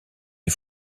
les